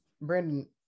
Brandon